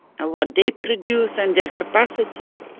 and what they produce, and their capacity.